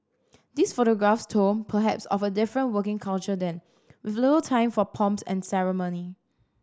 these photographs told perhaps of a different working culture then with little time for pomps and ceremony